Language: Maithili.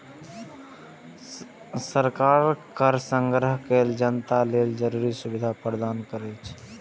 सरकार कर संग्रह कैर के जनता लेल जरूरी सुविधा प्रदान करै छै